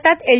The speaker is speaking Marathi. भारतात एल